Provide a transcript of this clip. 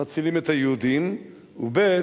מצילים את היהודים, וב.